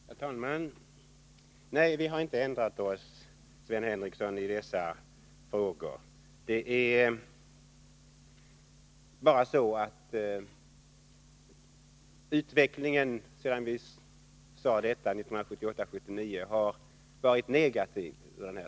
Herr talman! Nej, vi har inte ändrat oss i dessa frågor, Sven Henricsson. Det är bara så att utvecklingen har varit negativ sedan vi gjorde det citerade uttalandet 1978/79.